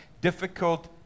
difficult